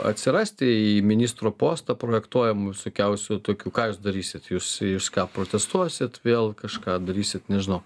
atsirasti į ministro postą projektuojamų visokiausių tokių ką jūs darysit jūs jūs ką protestuosit vėl kažką darysit nežinau